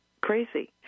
crazy